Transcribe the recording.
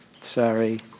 sorry